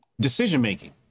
decision-making